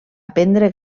aprendre